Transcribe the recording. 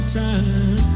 time